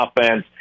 offense